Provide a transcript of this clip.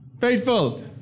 Faithful